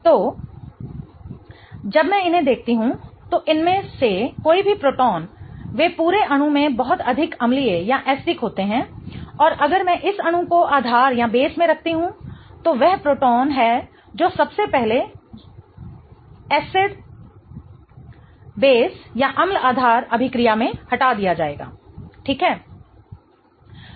तो जब मैं इन्हें देखती हूं तो इनमें से कोई भी प्रोटॉन वे पूरे अणु में बहुत अधिक अम्लीय होते हैं और अगर मैं इस अणु को आधार में रखती हूं तो वह प्रोटॉन है जो सबसे पहले एसिड अम्ल आधार अभिक्रिया में हटा दिया जाएगा ठीक है